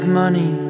money